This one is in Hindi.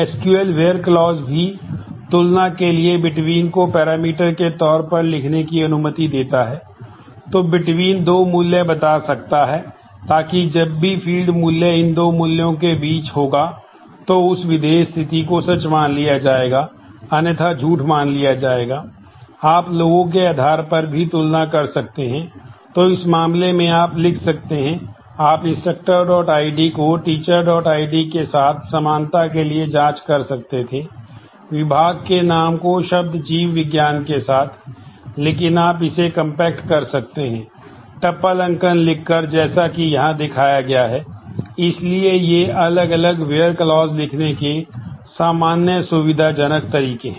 एसक्यूएल लिखने के सामान्य सुविधाजनक तरीके हैं